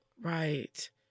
Right